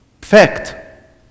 fact